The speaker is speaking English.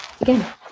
again